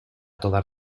todas